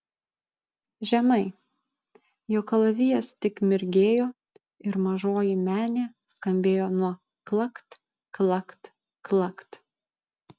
žemai jo kalavijas tik mirgėjo ir mažoji menė skambėjo nuo klakt klakt klakt